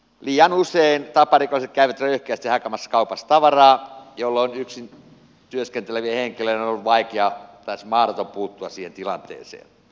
liian usein taparikolliset käyvät röyhkeästi hakemassa kaupasta tavaraa jolloin yksin työskentelevien henkilöiden on ollut vaikea lähes mahdoton puuttua siihen tilanteeseen